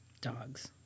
dogs